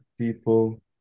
people